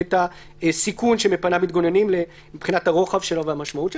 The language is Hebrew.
הסיכון שמפניו מתגוננים מבחינת הרוחב שלו והמשמעות שלו.